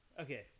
okay